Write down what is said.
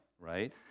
right